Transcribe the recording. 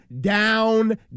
down